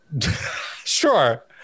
Sure